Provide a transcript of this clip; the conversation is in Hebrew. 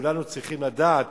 וכולנו צריכים לדעת